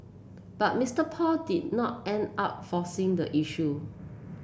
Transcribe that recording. but Mister Paul did not end up forcing the issue